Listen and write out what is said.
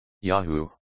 Yahoo